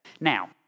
Now